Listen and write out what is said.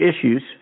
issues